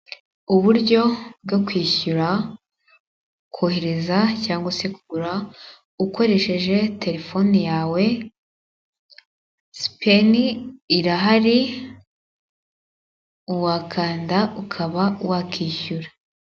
Uburyo bwo kwishyura, kohereza cyangwa se kugura ukoresheje telefoni yawe, sipeni irahari wakanda ukaba wakishyura.